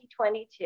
2022